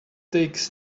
takes